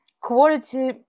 quality